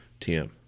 TM